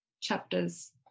chapters